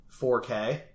4k